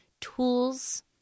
tools